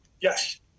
yes